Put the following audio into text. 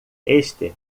este